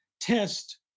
test